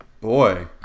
Boy